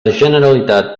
generalitat